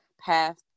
path